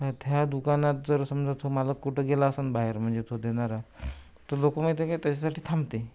का त्या दुकानात जर समजा तुम्हाला कुठं गेला असन बाहेर म्हणजे तो देणारा तर लोक माहीत आहे का त्याच्यासाठी थांबते